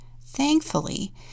Thankfully